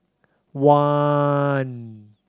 one